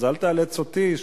אז אל תאלץ אותי,